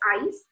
eyes